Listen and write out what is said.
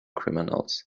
criminals